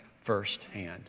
firsthand